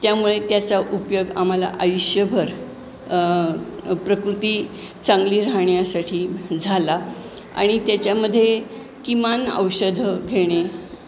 त्यामुळे त्याचा उपयोग आम्हाला आयुष्यभर प्रकृती चांगली राहण्यासाठी झाला आणि त्याच्यामध्ये किमान औषधं घेणे